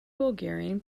bulgarian